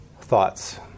Thoughts